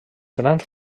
grans